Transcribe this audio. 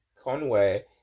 conway